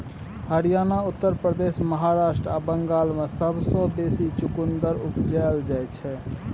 हरियाणा, उत्तर प्रदेश, महाराष्ट्र आ बंगाल मे सबसँ बेसी चुकंदर उपजाएल जाइ छै